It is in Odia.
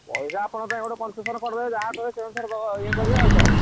ପଇସା ଆପଣ ପାଇଁ ଗୋଟେ କନ୍ସେସନ୍ କରିଦେବା ଯାହା କହିବେ ସେ ଅନୁସାରେ ଇଏ କରିବା ଆଉ କ'ଣ